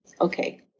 Okay